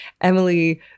Emily